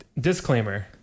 Disclaimer